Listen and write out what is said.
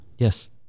Yes